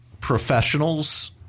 professionals